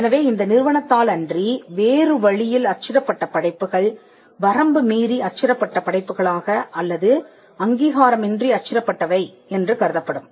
எனவே இந்த நிறுவனத்தால் அன்றி வேறு வழியில் அச்சிடப்பட்ட படைப்புகள் வரம்பு மீறி அச்சிடப்பட்ட படைப்புகளாக அல்லது அங்கீகாரமின்றி அச்சிடப்பட்டவை என்று கருதப்படும்